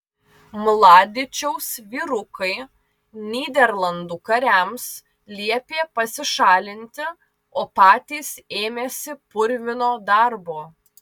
mladičiaus vyrukai nyderlandų kariams liepė pasišalinti o patys ėmėsi purvino darbo